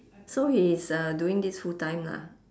so he is uh doing this full time lah